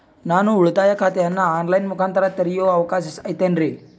ನಾನು ಉಳಿತಾಯ ಖಾತೆಯನ್ನು ಆನ್ ಲೈನ್ ಮುಖಾಂತರ ತೆರಿಯೋ ಅವಕಾಶ ಐತೇನ್ರಿ?